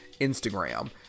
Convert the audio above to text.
Instagram